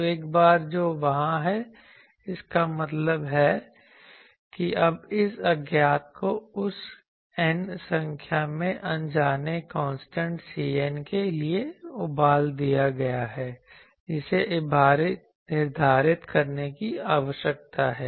तो एक बार जो वहाँ है इसका मतलब है कि अब इस अज्ञात को उस n संख्या में अनजाने कांस्टेंट cn के लिए उबाल दिया गया है जिसे निर्धारित करने की आवश्यकता है